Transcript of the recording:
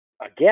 Again